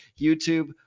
YouTube